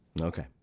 Okay